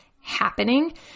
happening